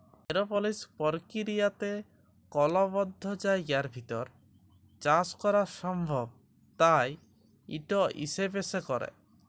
এরওপলিক্স পর্কিরিয়াতে কল বদ্ধ জায়গার ভিতর চাষ ক্যরা সম্ভব তাই ইট ইসপেসে ক্যরে